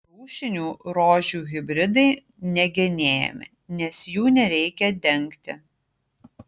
rūšinių rožių hibridai negenėjami nes jų nereikia dengti